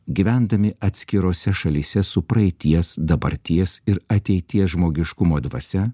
gyvendami atskirose šalyse su praeities dabarties ir ateities žmogiškumo dvasia